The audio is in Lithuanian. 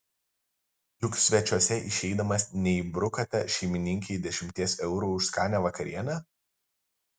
juk svečiuose išeidamas neįbrukate šeimininkei dešimties eurų už skanią vakarienę